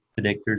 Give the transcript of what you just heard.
predictors